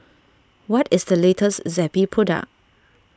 what is the latest Zappy product